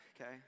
okay